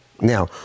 Now